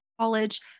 college